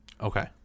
Okay